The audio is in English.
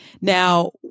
Now